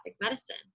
medicine